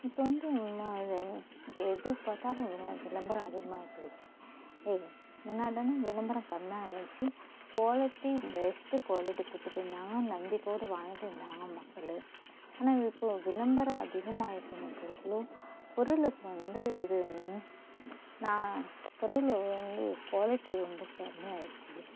இப்போ வந்து ம இது எது பார்த்தாலும் விளம்பரம் அதிகமாகி போயிடுச்சு எ முன்னாடின்னால் விளம்பரம் கம்மியாக இருந்துச்சு குவாலிட்டி பெஸ்ட்டு குவாலிட்டி கொடுத்துட்டு இருந்தாங்கள் நம்பிக்கையோடு வாங்கிட்டு இருந்தாங்கள் மக்கள் ஆனால் இப்போது விளம்பரம் அதிகமாகி போன பிறகு பொருளுக்கு வந்து இது நான் பொருள் வந்து குவாலிட்டி ரொம்ப கம்மி ஆயிடுச்சு